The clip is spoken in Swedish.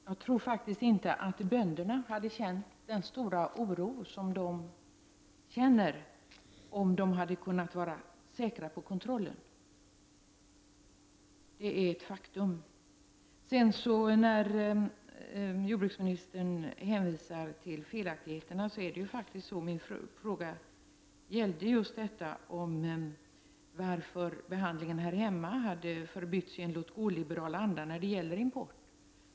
Fru talman! Jag tror inte att bönderna hade känt den stora oro som de känner om de hade kunnat vara säkra på kontrollen. Det är ett faktum. När jordbruksministern hänvisar till felaktigheterna vill jag framhålla att min fråga gällde just varför behandlingen här hemma hade förbytts i en låtgå-liberal anda när det gäller import.